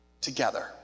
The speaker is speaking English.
together